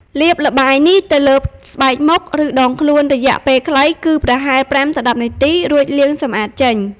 លាបល្បាយនេះទៅលើស្បែកមុខ ឬដងខ្លួនរយៈពេលខ្លី គឺប្រហែល ៥ ទៅ ១០ នាទី រួចលាងសម្អាតចេញ។